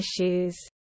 issues